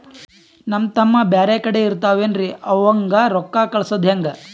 ನಮ್ ತಮ್ಮ ಬ್ಯಾರೆ ಕಡೆ ಇರತಾವೇನ್ರಿ ಅವಂಗ ರೋಕ್ಕ ಕಳಸದ ಹೆಂಗ?